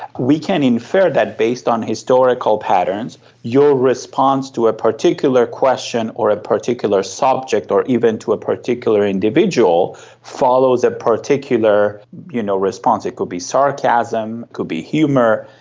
we can infer that based on historical patterns your response to a particular question or a particular subject or even to a particular individual follows a particular you know response. it could be sarcasm, it could be humour,